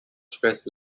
stress